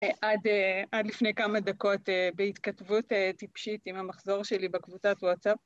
עד לפני כמה דקות בהתכתבות טיפשית עם המחזור שלי בקבוצת וואטסאפ.